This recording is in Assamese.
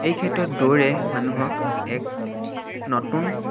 এই ক্ষেত্ৰত দৌৰে মানুহক এক নতুন